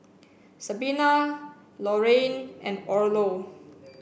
Sabina Lorayne and Orlo